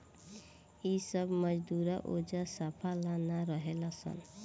इ सब मजदूरा ओजा साफा ला ना रहेलन सन